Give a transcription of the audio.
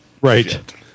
Right